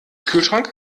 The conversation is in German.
kühlschrank